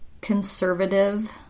conservative